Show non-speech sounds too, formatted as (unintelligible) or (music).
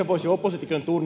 (unintelligible) voisi oppositiokin